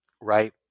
right